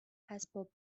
اسباب